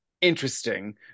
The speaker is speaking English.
Interesting